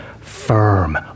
firm